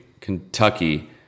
Kentucky